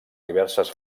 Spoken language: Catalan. diverses